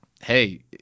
Hey